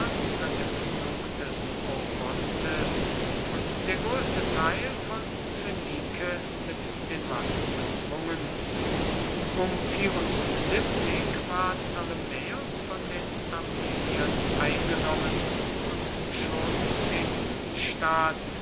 an der mündung des orontes und der größte teil von phönike mit den waffen bezwungen um ward ptolemais von den armeniern eingenommen und schon der